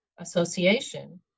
association